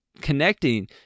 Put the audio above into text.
connecting